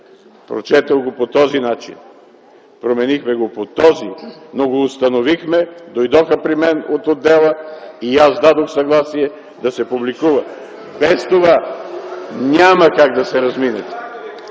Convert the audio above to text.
прочетох го по този начин, променихме го по този, но го установихме, дойдоха при мен от отдела и аз дадох съгласие да се публикува. Без това няма как да се размине.